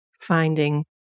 finding